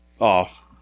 off